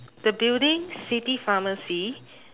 the building city pharmacy